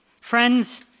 Friends